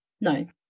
No